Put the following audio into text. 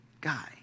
guy